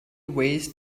ways